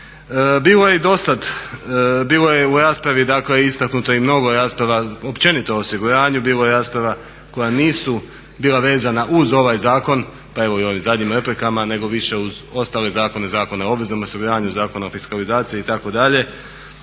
Bilo je i dosad, bilo je u raspravi istaknuto i mnogo rasprava općenito o osiguranju, bilo je rasprava koja nisu bila vezana uz ovaj zakon pa evo i u ovim zadnjim replikama nego više uz ostale zakone, Zakon o obveznom osiguranju, Zakon o fiskalizaciji itd.